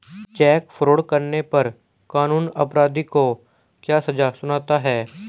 Check fraud करने पर कानून अपराधी को क्या सजा सुनाता है?